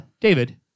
david